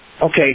Okay